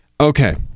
Okay